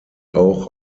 auch